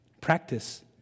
Practice